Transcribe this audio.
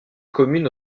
commune